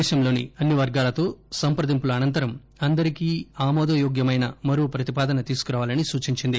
దేశంలోని అన్ని వర్గాలతో సంప్రదింపుల అనంతరం అందరికీ ఆమోదయోగ్యమైన మరో ప్రతిపాదన తీసుకురావాలని సూచించింది